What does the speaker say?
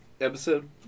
episode